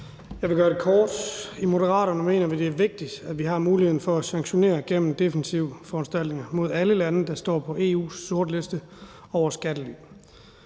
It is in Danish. Jeg vil gøre det kort. I Moderaterne mener vi, det er vigtigt, at vi har muligheden for at sanktionere gennem defensive foranstaltninger mod alle lande, der står på EU's sortliste over skattely.